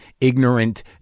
ignorant